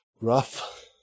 Rough